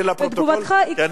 תגובתך היא קצת,